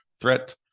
threat